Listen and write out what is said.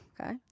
Okay